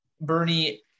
Bernie